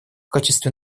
качестве